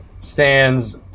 Stands